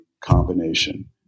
combination